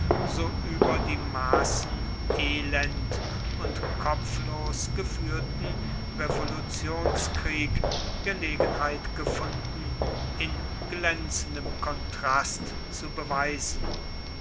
so über die maßen elend und kopflos geführten revolutionskrieg gelegenheit gefunden in glänzendem kontrast zu beweisen